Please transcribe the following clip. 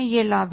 यह लाभ है